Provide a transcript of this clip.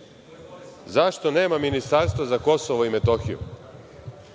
– zašto nema ministarstva za KiM? Da